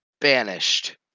banished